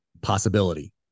possibility